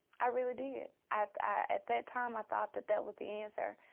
i really did. at at that time, i thought that that was the answer.